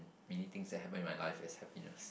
many things that happen in my life as happiness